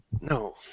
No